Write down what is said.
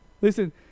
Listen